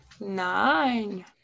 nine